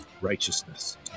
righteousness